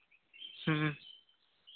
ᱦᱮᱸ